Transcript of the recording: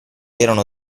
erano